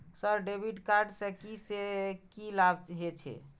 Sir debit card से की से की लाभ हे छे?